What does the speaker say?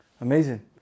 Amazing